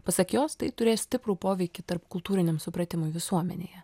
pasak jos tai turės stiprų poveikį tarpkultūriniam supratimui visuomenėje